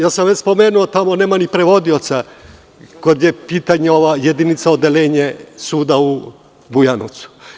Već sam spomenuo da tamo nema ni prevodioca kad je u pitanju ova jedinica, odeljenje suda u Bujanovcu.